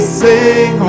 sing